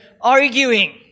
arguing